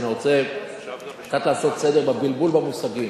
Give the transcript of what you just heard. אני רוצה קצת לעשות סדר בבלבול במושגים.